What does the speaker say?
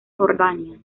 jordania